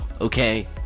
okay